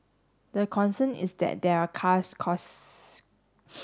the concern is that there are cars